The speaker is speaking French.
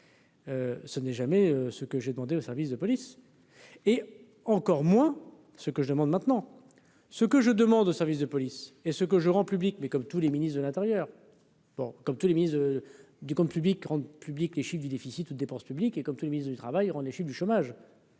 Ce n'est jamais ce que j'ai demandé aux services de police et encore moi ce que je demande maintenant ce que je demande aux services de police et ce que je rends public mais comme tous les ministre de l'Intérieur, bon, comme tous les ministres du groupe public rende publiques les chiffres du déficit ou de dépenses publiques et comme tout le ministre du Travail, rend les chiffres du chômage,